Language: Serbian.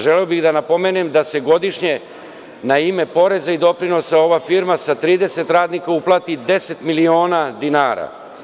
Želeo bih da napomenem da se godišnje na ime poreza i doprinosa ova firma sa 30 radnika uplati 10 miliona dinara.